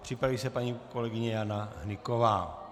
Připraví se paní kolegyně Jana Hnyková.